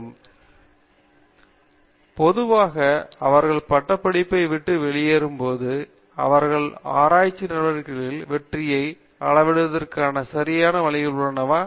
பேராசிரியர் பிரதாப் ஹரிதாஸ் சரி பொதுவாக அவர்கள் பட்டப்படிப்பை விட்டு வெளியேறும் போது அவர்களின் ஆராய்ச்சி நடவடிக்கைகளில் வெற்றியை அளவிடுவதற்கான சரியான வழிகள் உள்ளதா